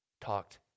talked